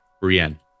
Brienne